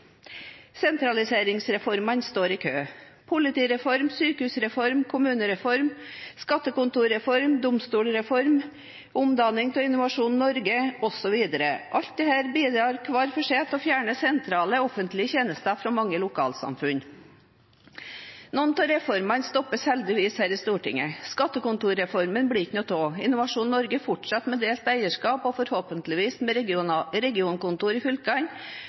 står i kø – politireform, sykehusreform, kommunereform, skattekontorreform, domstolsreform, omdanning av Innovasjon Norge osv. Alt dette bidrar hver for seg til å fjerne sentrale offentlige tjenester fra mange lokalsamfunn. Noen av reformene stoppes heldigvis her i Stortinget. Skattekontorreformen blir det ikke noe av, Innovasjon Norge fortsetter med delt eierskap og forhåpentligvis med regionkontor i fylkene,